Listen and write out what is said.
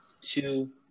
two